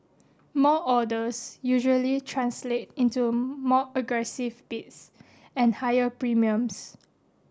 more orders usually translate into more aggressive bids and higher premiums